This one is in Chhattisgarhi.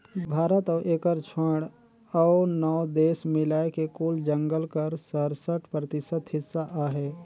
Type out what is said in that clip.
भारत अउ एकर छोंएड़ अउ नव देस मिलाए के कुल जंगल कर सरसठ परतिसत हिस्सा अहे